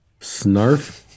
snarf